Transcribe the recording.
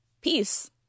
peace